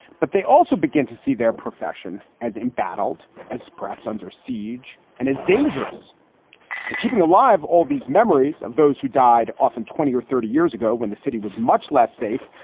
but they also begin to see their profession as embattled. perhaps under siege and is dangerous and keeping alive all these memories of those who died often twenty or thirty years ago when the city was much less safe.